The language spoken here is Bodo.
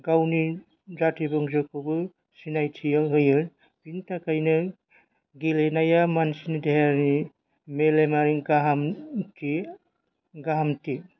गावनि जाथि बंसखौबो सिनायथियाव होयो बिनि थाखायनो गेलेनाया मानसिनि देहायारि मेलेमारि गाहामथि गाहामथि